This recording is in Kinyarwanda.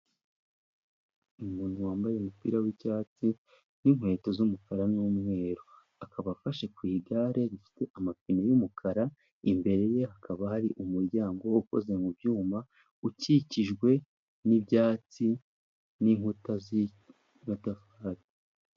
Umuntu wambaye umupira w'icyatsi n'inkweto z'umukara n'umweru. Akaba afashe ku igare rifite amape y'umukara imbere ye hakaba hari umuryango ukoze mu byuma, ukikijwe n'ibyatsi n'inkuta z'amatafari.